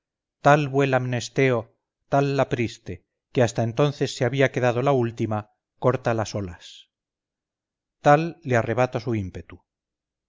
tal vuela mnesteo tal la priste que hasta entonces se había quedado la última corta las olas tal le arrebata su ímpetu